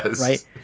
Right